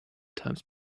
times